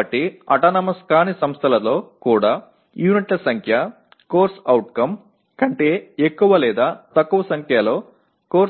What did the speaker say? కాబట్టి అటానమస్ కాని సంస్థలలో కూడా యూనిట్ల సంఖ్య CO కంటే ఎక్కువ లేదా తక్కువ సంఖ్యలో CO